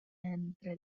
entre